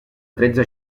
tretze